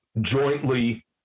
jointly